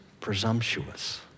presumptuous